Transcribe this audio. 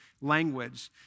language